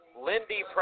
Lindy